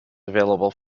available